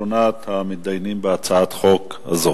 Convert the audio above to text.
אחרונת המתדיינים בהצעת החוק הזאת.